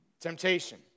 temptation